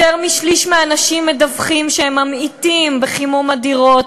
יותר משליש מהאנשים מדווחים שהם ממעיטים בחימום הדירות,